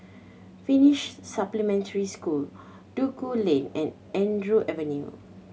Finnish Supplementary School Duku Lane and Andrew Avenue